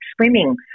swimming